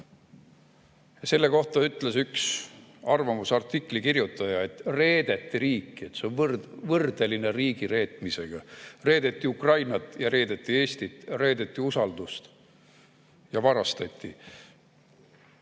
Selle kohta ütles üks arvamusartikli kirjutaja, et reedeti riiki, et see on võrdeline riigireetmisega, reedeti Ukrainat ja reedeti Eestit, reedeti usaldust ja varastati.